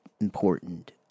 important